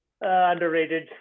underrated